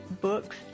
books